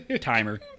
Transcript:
Timer